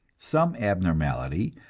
some abnormality,